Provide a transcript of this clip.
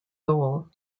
goal